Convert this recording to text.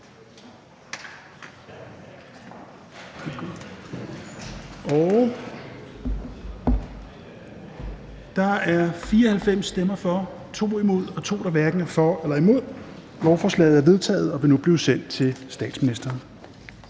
FG), imod stemte 16 (SF, EL og ALT), hverken for eller imod stemte 0. Lovforslaget er vedtaget og vil nu blive sendt til statsministeren.